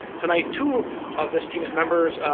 tonight two of this teams members,